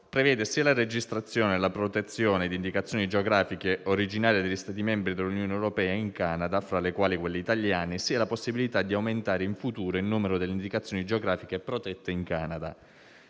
prevede sia la registrazione e la protezione di indicazioni geografiche originarie degli Stati membri dell'Unione europea in Canada - fra le quali quelle italiane - sia la possibilità di aumentare in futuro il numero delle indicazioni geografiche protette in Canada.